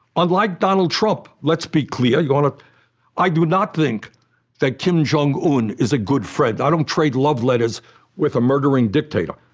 unlike donald trump, let's be clear. yeah ah i do not think that kim jong-un is a good friend. i don't trade love letters with a murdering dictator.